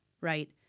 right